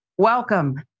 Welcome